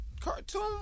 cartoon